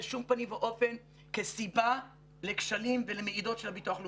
בשום פנים ואופן כסיבה לכשלים ולמעידות של הביטוח לאומי,